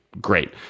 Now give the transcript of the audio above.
great